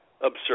Absurd